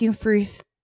first